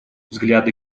взгляды